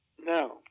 Now